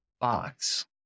Box